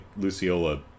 Luciola